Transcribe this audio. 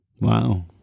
Wow